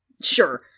Sure